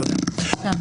תודה.